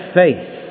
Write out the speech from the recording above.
faith